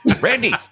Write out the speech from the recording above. Randy